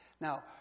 Now